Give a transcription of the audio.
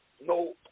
no